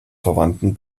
verwandten